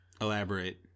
elaborate